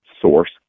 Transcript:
source